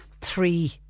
three